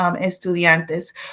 estudiantes